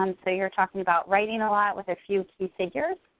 um so you're talking about writing a lot with a few key figures.